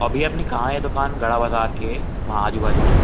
अभी अपनी कहाँ है दुकान गढ़ा बज़ार के वहाँ आज़ू बाज़ू ना